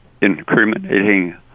incriminating